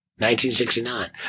1969